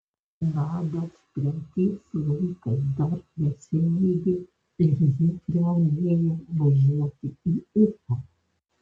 nadios tremties laikas dar nesibaigė ir ji privalėjo važiuoti į ufą